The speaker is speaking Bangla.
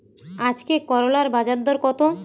আজকে করলার বাজারদর কত?